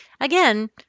Again